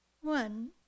one